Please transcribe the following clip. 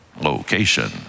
location